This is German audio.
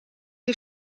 die